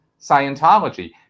Scientology